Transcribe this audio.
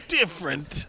different